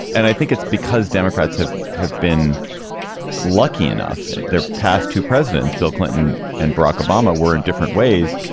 and i think it's because democrats have have been lucky enough in their past. two presidents, bill clinton and barack obama were in different ways,